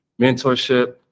mentorship